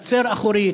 חצר אחורית,